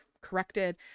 corrected